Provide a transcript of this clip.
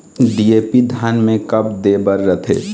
DAP धान मे कब दे बर रथे?